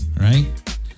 right